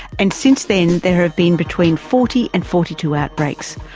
and since then there have been between forty and forty two outbreaks,